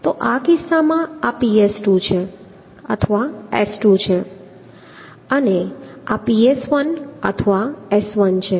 તો આ કિસ્સામાં આ ps2 અથવા s2 છે અને આ ps1 અથવા s1 છે